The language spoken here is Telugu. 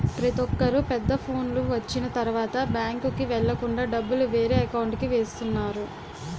ప్రతొక్కరు పెద్ద ఫోనులు వచ్చిన తరువాత బ్యాంకుకి వెళ్ళకుండా డబ్బులు వేరే అకౌంట్కి వేస్తున్నారు